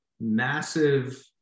massive